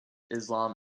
islam